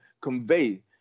convey